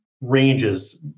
ranges